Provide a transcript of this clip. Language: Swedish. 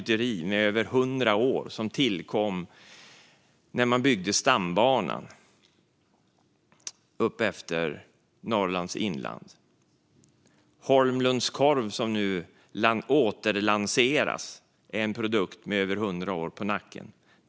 Det är över 100 år och tillkom när stambanan byggdes i Norrlands inland. Man återlanserar nu Holmlunds korv, en produkt som har över 100 år på nacken.